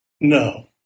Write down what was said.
no